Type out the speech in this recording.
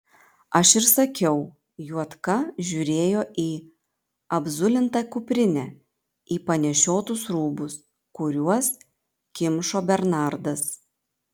aš ir sakiau juodka žiūrėjo į apzulintą kuprinę į panešiotus rūbus kuriuos kimšo bernardas